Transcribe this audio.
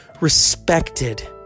respected